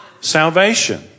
Salvation